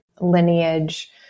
lineage